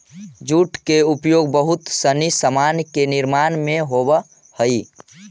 jute के उपयोग बहुत सनी सामान के निर्माण में होवऽ हई